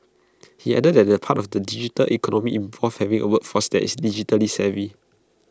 he added that the part of the digital economy involves having A workforce that is digitally savvy